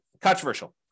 controversial